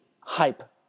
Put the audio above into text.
hype